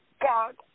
God